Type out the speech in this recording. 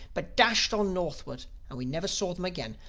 but dashed on northward and we never saw them again.